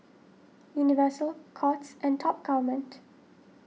Universal Courts and Top Gourmet